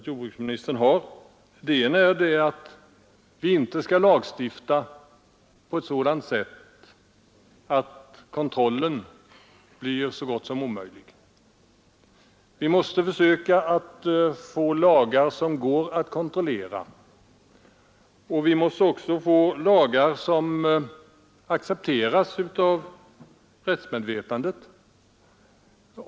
Den ena är att vi inte skall lagstifta på ett sådant sätt att kontrollen blir så gott som omöjlig; vi måste försöka få lagar som går att kontrollera. Vi måste också få lagar som accepteras av rättsmedvetandet.